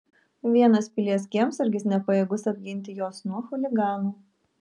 vienas pilies kiemsargis nepajėgus apginti jos nuo chuliganų